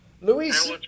Luis